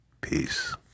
Peace